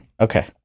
Okay